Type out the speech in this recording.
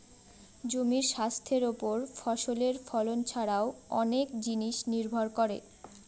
জমির স্বাস্থ্যের ওপর ফসলের ফলন ছারাও অনেক জিনিস নির্ভর করে